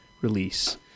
release